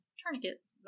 tourniquets